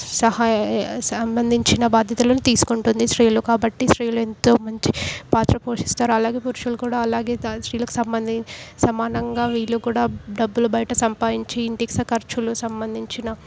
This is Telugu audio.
సహాయ సంబంధించిన బాధ్యతలను తీసుకుంటుంది స్త్రీలు కాబట్టి స్త్రీలు ఎంతో మంచి పాత్ర పోషిస్తారు అలాగే పురుషులు కూడా అలాగే స్త్రీలకు సంబంధి సమానంగా వీళ్ళు కూడా డబ్బులు బయట సంపాదించి ఇంటికి ఖర్చులు సంబంధించిన